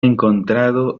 encontrado